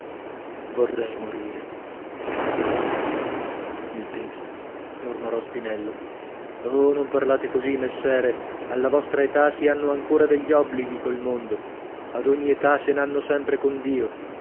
vorrei morire la vita mi pesa mormorò spinello oh non parlate così messere alla vostra età si hanno ancora degli obblighi col mondo ad ogni età se n'hanno sempre con dio